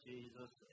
Jesus